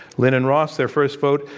lynn and ross, their first vote,